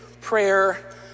prayer